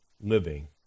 living